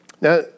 now